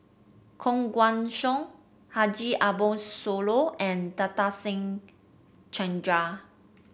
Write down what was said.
Koh Guan Song Haji Ambo Sooloh and Nadasen Chandra